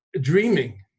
dreaming